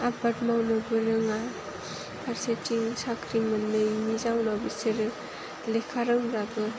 आबाद मावनोबो रोङा फारसेथिं साख्रि मोनैनि जाहोनाव बिसोरो लेखा रोंब्लाबो